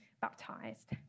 baptized